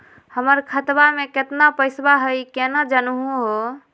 हमर खतवा मे केतना पैसवा हई, केना जानहु हो?